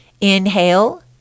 Inhale